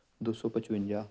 ਦੋ ਸੌ ਪਚਵੰਜਾ